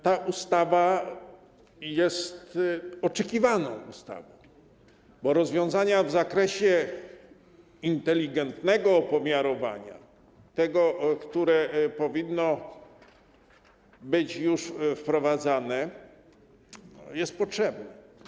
Ta ustawa jest oczekiwaną ustawą, bo rozwiązania w zakresie inteligentnego opomiarowania, tego, które powinno być już wprowadzane, są potrzebne.